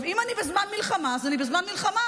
אם אני בזמן מלחמה אז אני בזמן מלחמה,